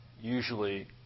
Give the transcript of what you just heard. usually